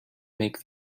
make